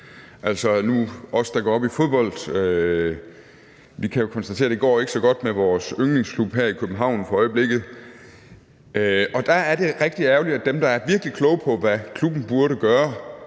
det. Os, der går op i fodbold, kan konstatere, at det ikke går så godt med vores yndlingsklub her i København for øjeblikket. Og der er det jo rigtig ærgerligt, at dem, der er virkelig kloge på, hvad klubben burde gøre,